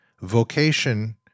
Vocation